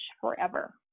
forever